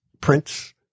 prince